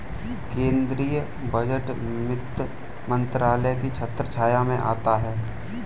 केंद्रीय बजट वित्त मंत्रालय की छत्रछाया में आता है